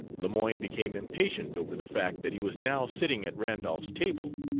lemoyne became impatient over the fact that he was now sitting at randolph's table.